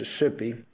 mississippi